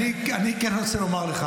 אני כן רוצה לומר לך